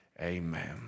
Amen